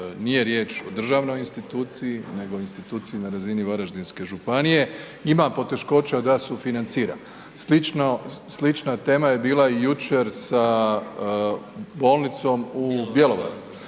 nije riječ o državnoj instituciji nego instituciji na razini Varaždinske županije ima poteškoća da sufinancira. Slična tema je bila jučer sa bolnicom u Bjelovaru.